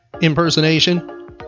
impersonation